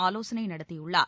ஆலோசனை நடத்தியுள்ளார்